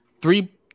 three